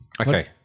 Okay